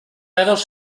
dedos